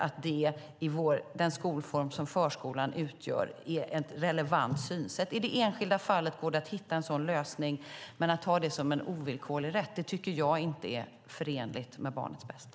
I den skolform som förskolan utgör är detta ett relevant synsätt. I det enskilda fallet går det att hitta en lösning, men att ha det som en ovillkorlig rätt tycker jag inte är förenligt med barns bästa.